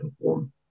perform